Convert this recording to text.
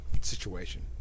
situation